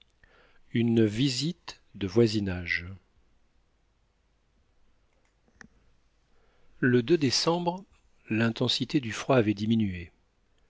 une visite de voisinage le décembre l'intensité du froid avait diminué